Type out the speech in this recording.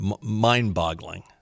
Mind-boggling